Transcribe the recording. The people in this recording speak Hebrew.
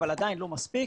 אבל עדיין לא מספיק.